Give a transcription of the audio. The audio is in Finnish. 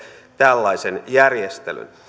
tällaisen järjestelyn